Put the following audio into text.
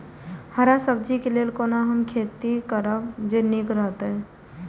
हरा सब्जी के लेल कोना हम खेती करब जे नीक रहैत?